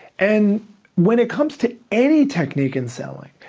and when it comes to any technique in selling,